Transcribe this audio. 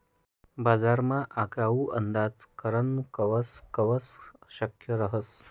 बजारना आगाऊ अंदाज करनं कवय कवय अशक्य रहास